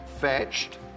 Fetched